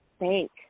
Thank